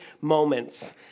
Moments